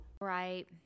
Right